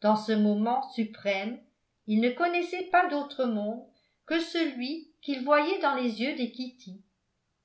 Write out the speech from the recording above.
dans ce moment suprême il ne connaissait pas d'autre monde que celui qu'il voyait dans les yeux de kitty